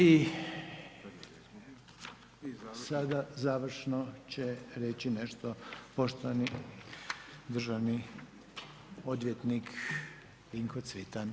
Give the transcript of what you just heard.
I sada završno će reći nešto poštovani državni odvjetnik, Dinko Cvitan.